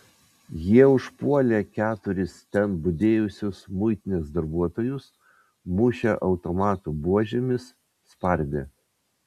jie užpuolė keturis ten budėjusius muitinės darbuotojus mušė automatų buožėmis spardė